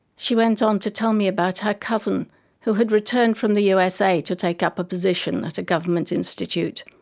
she went on to tell me about her cousin who had returned from the usa to take up a position at a government institute,